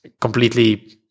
completely